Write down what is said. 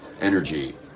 energy